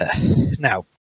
Now